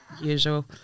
usual